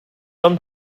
are